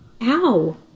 Ow